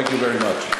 Thank you very much.